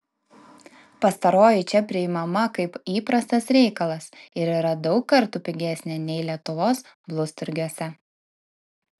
pastaroji čia priimama kaip įprastas reikalas ir yra daug kartų pigesnė nei lietuvos blusturgiuose